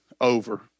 over